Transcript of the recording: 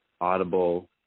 audible